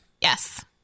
Yes